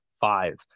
five